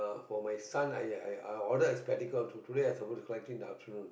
for my son I I I order a spectacle so today I'm supposed to collect him that afternoon